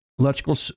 electrical